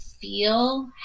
feel